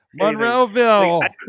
Monroeville